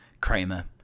Kramer